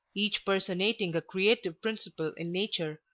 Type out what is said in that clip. each personating a creative principle in nature,